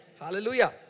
Hallelujah